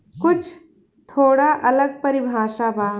कुछ थोड़ा अलग परिभाषा बा